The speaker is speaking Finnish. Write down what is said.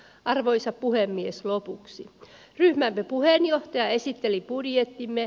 arvoisa puhemies lopuksi ryhmän puheenjohtaja esitteli budjettimme